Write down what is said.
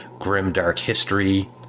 GrimdarkHistory